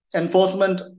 enforcement